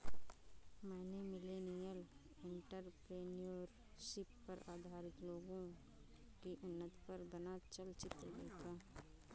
मैंने millennial entrepreneurship पर आधारित लोगो की उन्नति पर बना चलचित्र देखा